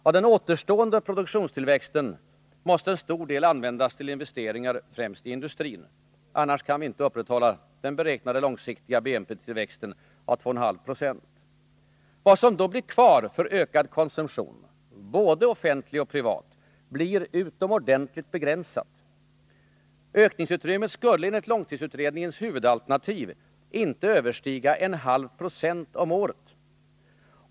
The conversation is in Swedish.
Av den återstående produktionstillväxten måste en stor del användas till investeringar främst i industrin. Annars kan vi inte upprätthålla den beräknade långsiktiga BNP-tillväxten på 2,5 Jo. Vad som då blir kvar för ökad konsumtion — både offentlig och privat — blir utomordentligt begränsat. Ökningsutrymmet skulle enligt långtidsutredningens huvudalternativ inte överstiga en halv procent om året.